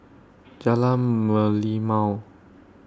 Jalan Merlimau